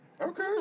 Okay